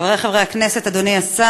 תודה רבה לך, חברי חברי הכנסת, אדוני השר,